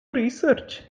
research